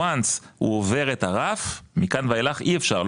וואנס הוא עובר את הרף מכאן ואילך אי אפשר,